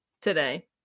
today